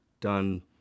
done